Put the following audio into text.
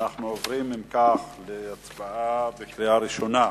אם כך, אנחנו עוברים להצבעה בקריאה ראשונה.